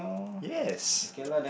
yes